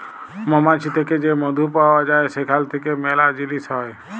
মমাছি থ্যাকে যে মধু পাউয়া যায় সেখাল থ্যাইকে ম্যালা জিলিস হ্যয়